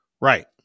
Right